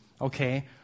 Okay